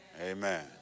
amen